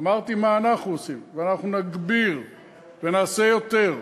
אמרתי מה אנחנו עושים, ונגביר ונעשה יותר.